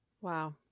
Wow